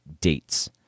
dates